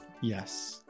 yes